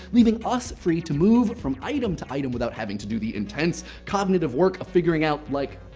leaving us free to move from item to item without having to do the intense cognitive work of figuring out like,